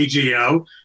AGO